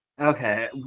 Okay